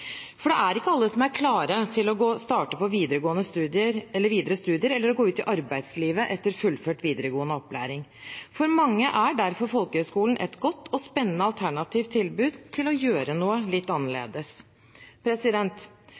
for det er ikke alle som er klare til å starte på videre studier eller til å gå ut i arbeidslivet etter fullført videregående opplæring. For mange er derfor folkehøyskolen et godt og spennende alternativt tilbud om å gjøre noe litt annerledes.